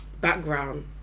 background